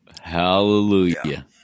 hallelujah